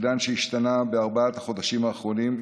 עידן שהשתנה בארבעת החודשים האחרונים,